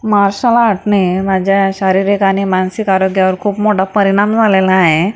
मार्शलाटने माझा शारीरिक आणि मानसिक आरोग्यावर खूप मोठा परिणाम झालेला आहे